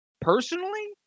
Personally